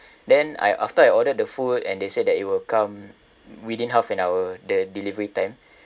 then I after I ordered the food and they said that it will come within half an hour the delivery time